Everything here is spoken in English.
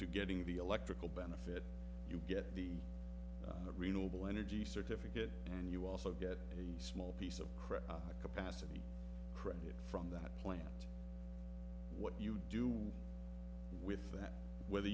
to getting the electrical benefit you get the renewable energy certificate and you also get a small piece of crap capacity credit from that plant what you do with w